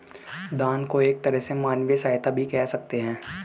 दान को एक तरह से मानवीय सहायता भी कह सकते हैं